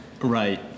Right